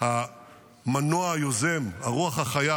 המנוע היוזם, הרוח החיה